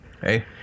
Hey